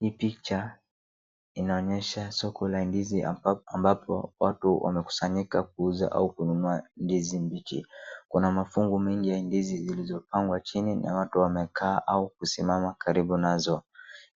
Hii picha inaonyesha soko la ndizi ambapo watu wanakusanyika kuuza au kununua ndizi mbichi. Kuna mafungu mingi ya ndizi zilizopangwa chimi na watu wamekaa au kusimama karibu nazo,